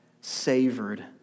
savored